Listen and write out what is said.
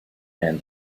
and